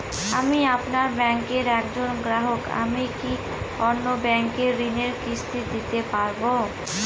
আমি আপনার ব্যাঙ্কের একজন গ্রাহক আমি কি অন্য ব্যাঙ্কে ঋণের কিস্তি দিতে পারবো?